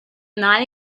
not